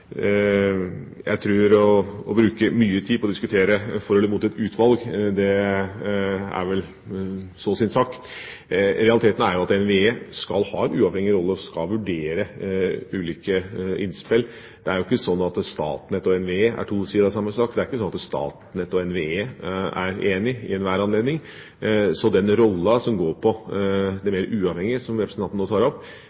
Jeg tror at å bruke mye tid på å diskutere for eller mot et utvalg, er vel så sin sak. Realiteten er at NVE skal ha en uavhengig rolle, skal vurdere ulike innspill. Det er ikke sånn at Statnett og NVE er to sider av samme sak. Det er ikke sånn at Statnett og NVE er enige i enhver anledning. Den rollen som går på det